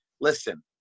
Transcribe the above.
listen